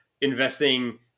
investing